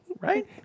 Right